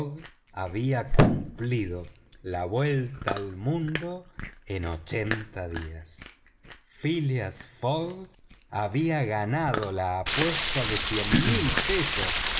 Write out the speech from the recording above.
había cumplido la vuelta al mundo en ochenta días phileas fogg había ganado la apuesta de veinte mil